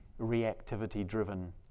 reactivity-driven